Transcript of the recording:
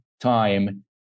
time